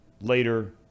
later